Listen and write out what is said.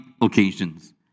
occasions